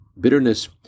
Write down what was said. bitterness